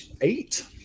Eight